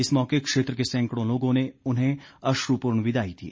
इस मौके क्षेत्र के सैंकड़ों लोगों ने उन्हें अश्रपूर्ण विदाई दी